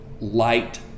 light